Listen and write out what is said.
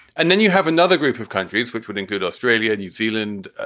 and then you have another group of countries which would include australia, new zealand,